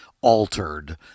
altered